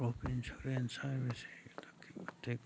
crop insurance ꯍꯥꯏꯕꯁꯤ ꯑꯗꯨꯛꯀꯤ ꯃꯇꯤꯛ